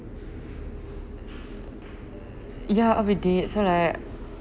ya every day so like